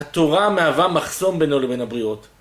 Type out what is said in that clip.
התורה מהווה מחסום בינו לבין הבריות.